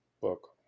book